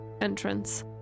entrance